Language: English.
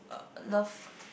love